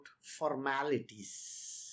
formalities